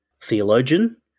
theologian